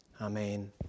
Amen